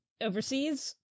overseas